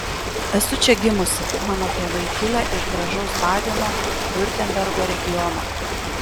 esu čia gimusi mano tėvai kilę iš gražaus badeno viurtembergo regiono